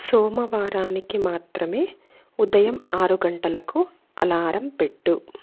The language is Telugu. సోమవారానికి మాత్రమే ఉదయం ఆరు గంటలకు అలారం పెట్టు